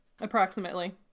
Approximately